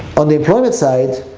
on the employment side,